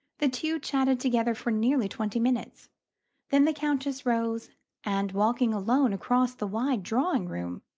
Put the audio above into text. the two chatted together for nearly twenty minutes then the countess rose and, walking alone across the wide drawing-room,